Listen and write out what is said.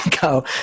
go